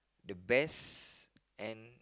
the best and